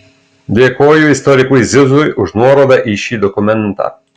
dėkoju istorikui zizui už nuorodą į šį dokumentą